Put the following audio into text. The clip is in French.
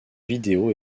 vidéo